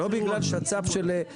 לא בגלל שצ"פ של, רגע,